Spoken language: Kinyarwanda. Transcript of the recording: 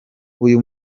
uyu